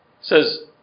says